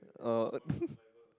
oh